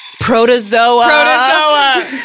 protozoa